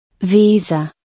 Visa